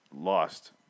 lost